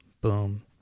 boom